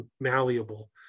malleable